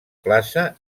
plaça